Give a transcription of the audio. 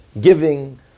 giving